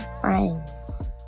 Friends